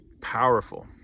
powerful